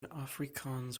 afrikaans